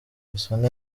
gasana